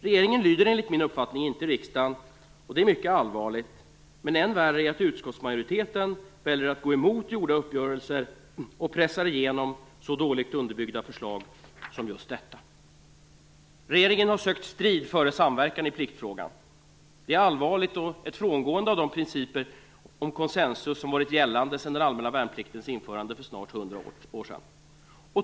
Regeringen lyder enligt min uppfattning inte riksdagen, och det är mycket allvarligt, men än värre är att utskottsmajoriteten väljer att gå emot gjorda uppgörelser och pressar igenom så dåligt underbyggda förslag som just detta. Regeringen har sökt strid före samverkan i pliktfrågan. Det är allvarligt, och det är ett frångående av de principer om konsensus som varit gällande sedan den allmänna värnpliktens införande för snart 100 år sedan.